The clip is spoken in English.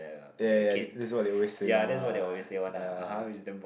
ya ya ya that's what they always say lah ya